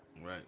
Right